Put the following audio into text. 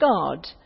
God